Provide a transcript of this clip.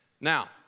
Now